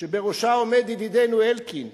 שבראשה עומד ידידנו אלקין,